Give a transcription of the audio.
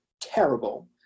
terrible